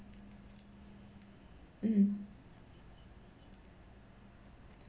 mm